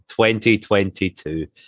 2022